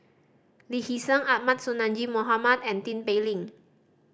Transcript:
Lee Hee Seng Ahmad Sonhadji Mohamad and Tin Pei Ling